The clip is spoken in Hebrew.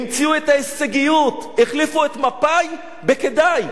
המציאו את ההישגיות, החליפו את מפא"י בכדאי.